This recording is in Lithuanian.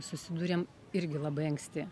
susidūrėm irgi labai anksti